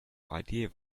idea